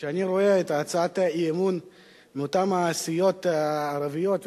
כשאני רואה את הצעת האי-אמון מאותן הסיעות הערביות,